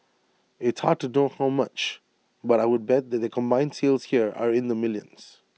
it's hard to know how much but I would bet that their combined sales here are in the millions